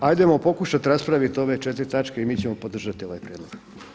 Hajdemo pokušati raspraviti ove 4 točke i mi ćemo podržati ovaj prijedlog.